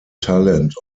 talent